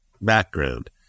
background